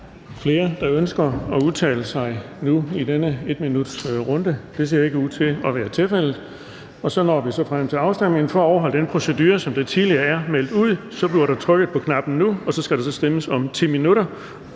flere, der ønsker at udtale sig i denne 1-minutsrunde? Det ser ikke ud til at være tilfældet. Så når vi frem til afstemningen. For at overholde den procedure, som der tidligere er meldt ud, bliver der trykket på knappen, der varsler afstemning, nu, og så skal der stemmes om 10 minutter.